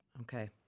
Okay